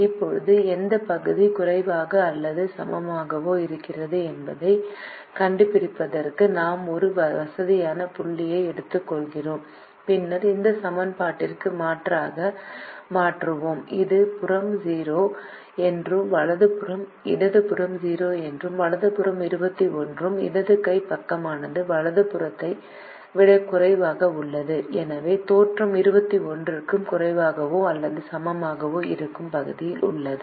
இப்போது எந்த பகுதி குறைவாகவோ அல்லது சமமாகவோ இருக்கிறது என்பதைக் கண்டுபிடிப்பதற்கு நாம் ஒரு வசதியான புள்ளியை எடுத்துக்கொள்கிறோம் பின்னர் இந்த சமன்பாட்டிற்கு மாற்றாக மாற்றுவோம் இடது புறம் 0 என்றும் வலது புறம் 21 இடது கை பக்கமானது வலது புறத்தை விட குறைவாக உள்ளது எனவே தோற்றம் 21 க்கும் குறைவாகவோ அல்லது சமமாகவோ இருக்கும் பகுதியில் உள்ளது